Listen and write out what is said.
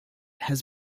has